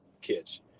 kids